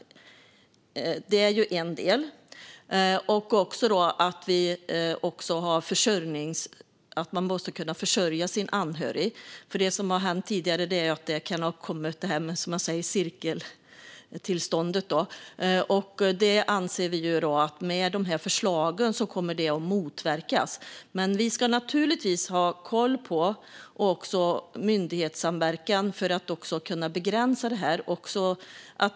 Man måste dessutom kunna försörja sin anhöriga. Vad som har hänt tidigare är det jag kallar cirkeltillstånd. Med dessa förslag anser vi att det här kommer att motverkas. Men vi ska naturligtvis ha koll, med myndighetssamverkan, för att kunna begränsa det hela.